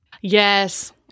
Yes